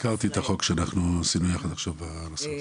הזכרתי את החוק שעשינו יחד עכשיו בנושא הזה.